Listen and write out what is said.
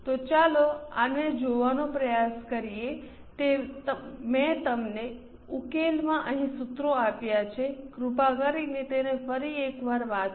તો ચાલો આને જોવાનો પ્રયાસ કરીએ મેં તમને ઉકેલમાં અહીં સૂત્રો આપ્યા છે કૃપા કરીને તેને ફરી એકવાર વાંચો